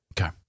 okay